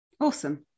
Awesome